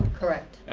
correct.